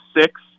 six